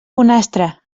bonastre